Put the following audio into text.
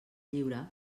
lliure